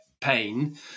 pain